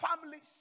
families